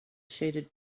shaded